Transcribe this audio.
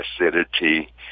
acidity